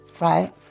right